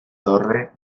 torre